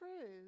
true